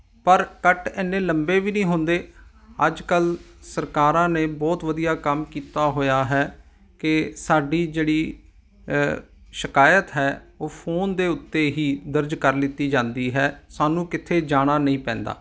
ਪਰ ਕੱਟ ਇੰਨੇ ਲੰਬੇ ਵੀ ਨਹੀਂ ਹੁੰਦੇ ਅੱਜ ਕੱਲ੍ਹ ਸਰਕਾਰਾਂ ਨੇ ਬਹੁਤ ਵਧੀਆ ਕੰਮ ਕੀਤਾ ਹੋਇਆ ਹੈ ਕਿ ਸਾਡੀ ਜਿਹੜੀ ਸ਼ਿਕਾਇਤ ਹੈ ਉਹ ਫੋਨ ਦੇ ਉੱਤੇ ਹੀ ਦਰਜ ਕਰ ਲਿੱਤੀ ਜਾਂਦੀ ਹੈ ਸਾਨੂੰ ਕਿੱਥੇ ਜਾਣਾ ਨਹੀਂ ਪੈਂਦਾ